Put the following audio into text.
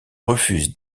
refuse